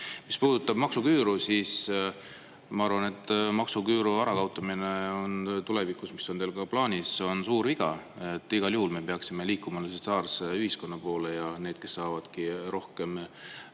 Mis puudutab maksuküüru – ma arvan, et maksuküüru kaotamine tulevikus, mis on teil ka plaanis, on suur viga. Igal juhul peaksime liikuma solidaarse ühiskonna poole ja need, kes saavadki rohkem